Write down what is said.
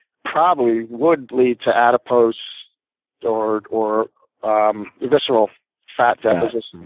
probably would lead to adipose or or um visceral fat deficits.